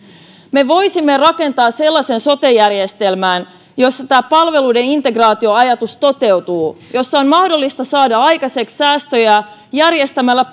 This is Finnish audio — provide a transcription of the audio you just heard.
me voisimme rakentaa sellaisen sote järjestelmän jossa tämä palveluiden integraatioajatus toteutuu ja jossa on mahdollista saada aikaiseksi säästöjä järjestämällä